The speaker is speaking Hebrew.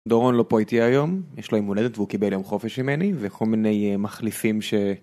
דורון לא פה איתי היום יש לו יום הולדת והוא קיבל יום חופש ממני וכל מיני מחליפים.